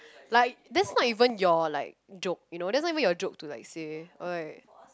like this not even your like joke you know this is not even your joke to like say alright